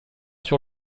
sur